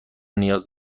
نیاز